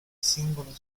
singolo